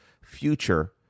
future